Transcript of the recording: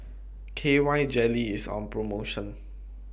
K Y Jelly IS on promotion